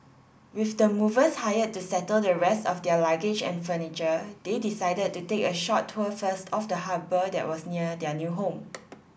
with the movers hired to settle the rest of their luggage and furniture they decided to take a short tour first of the harbour that was near their new home